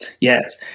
Yes